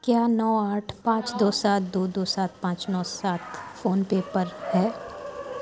کیا نو آٹھ پانچ دو سات دو دو سات پانچ نو سات فونپے پر ہے